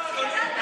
שהגנת עליו,